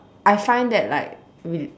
I find that like rela~